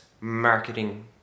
marketing